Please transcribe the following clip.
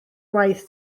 waith